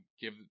give